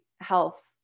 health